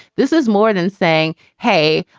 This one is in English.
this is more than saying, hey,